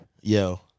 Yo